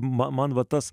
man va tas